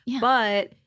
but-